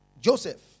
Joseph